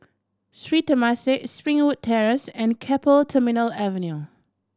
Sri Temasek Springwood Terrace and Keppel Terminal Avenue